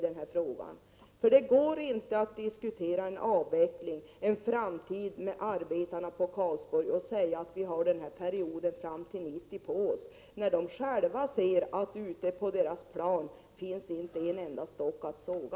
Det går nämligen inte att diskutera en framtida avveckling med arbetarna på Karlsborg och säga att de har perioden fram till 1990 på sig, när de själva ser att det ute på deras plan inte finns en enda stock att såga.